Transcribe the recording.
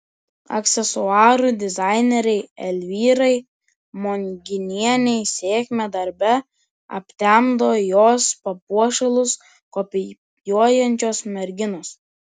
aksesuarų dizainerei elvyrai monginienei sėkmę darbe aptemdo jos papuošalus kopijuojančios merginos